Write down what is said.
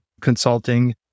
consulting